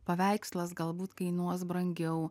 paveikslas galbūt kainuos brangiau